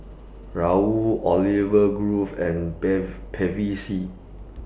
Raoul Olive Grove and Bevy C